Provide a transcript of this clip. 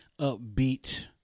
Upbeat